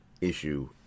issue